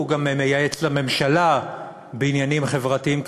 הוא גם מייעץ לממשלה בעניינים חברתיים כלכליים,